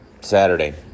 Saturday